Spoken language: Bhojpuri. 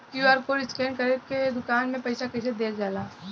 क्यू.आर कोड स्कैन करके दुकान में पईसा कइसे देल जाला?